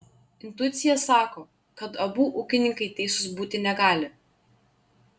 intuicija sako kad abu ūkininkai teisūs būti negali